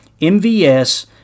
MVS